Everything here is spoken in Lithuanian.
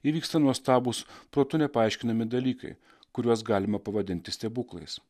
įvyksta nuostabūs protu nepaaiškinami dalykai kuriuos galima pavadinti stebuklais